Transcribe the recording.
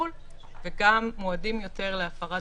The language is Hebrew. ליו"ר הוועדה הנכבד וגם הגבנו על התזכיר,